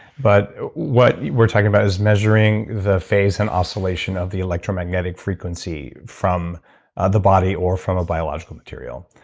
but what we're talking about is measuring the phase and oscillation of the electromagnetic frequency from the body, or from a biological material.